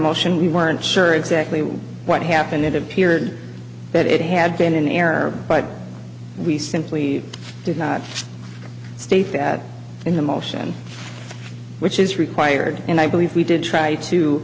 motion we weren't sure exactly what happened it appeared that it had been in error but we simply did not state that in the motion which is required and i believe we did try to